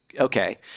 Okay